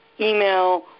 email